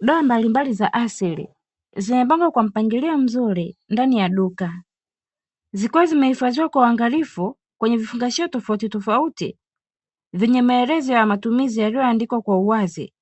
Dawa mbalimbali za asili zimepangwa kwa mpangilio mzuri ndani ya duka, zikiwa zimehifadhiwa kwa uangalifu kwenye vifungashio tofautitofauti vyenye maelezo ya matumizi, yaliyooandikwa kwa uwazi